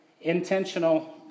intentional